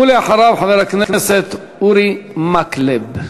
ואחריו, חבר הכנסת אורי מקלב.